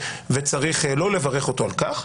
וצריך לא לברך אותו על כך.